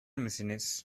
misiniz